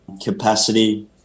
capacity